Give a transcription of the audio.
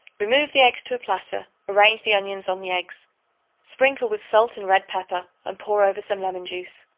remove the eggs to a platter arrange the onions on the eggs sprinkle with salt and red pepper and pour over some lemon-juice.